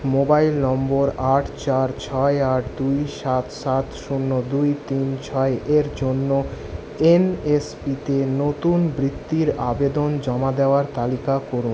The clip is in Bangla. মোবাইল নম্বর আট চার ছয় আট দুই সাত সাত শূন্য দুই তিন ছয় এর জন্য এন এস পিতে নতুন বৃত্তির আবেদন জমা দেওয়ার তালিকা করুন